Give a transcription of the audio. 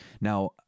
Now